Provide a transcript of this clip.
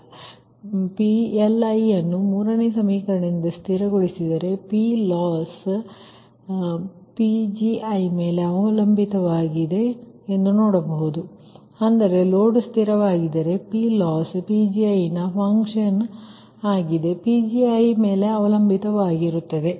ಆದ್ದರಿಂದPLiನ್ನು ಮೂರನೇ ಸಮೀಕರಣದಿಂದ ಸ್ಥಿರಗೊಳಿಸಿದರೆ PLoss Pgi ಮೇಲೆ ಅವಲಂಬಿತವಾಗಿದೆ ಎಂದು ನೋಡಬಹುದು ಅಂದರೆ ಲೋಡ್ ಸ್ಥಿರವಾಗಿದ್ದರೆ PLoss Pgiನ ಫಂಕ್ಷನ್ ಆಗಿದೆ Pgi ಮೇಲೆ ಅವಲಂಬಿತವಾಗಿರುತ್ತದೆ